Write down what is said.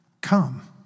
come